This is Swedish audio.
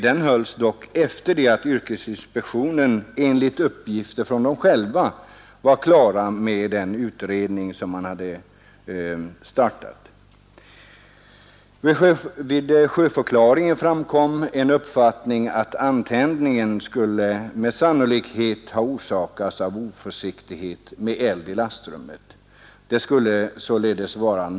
Den hölls dock efter det att yrkesinspektionen enligt egna uppgifter var klar med sin utredning. Vid sjöförklaringen framkom en uppfattning att antändningen med sannolikhet hade orsakats av oförsiktighet med eld i lastrummet.